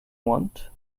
want